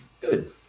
Good